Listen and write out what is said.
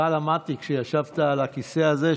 כשישבת על הכיסא הזה,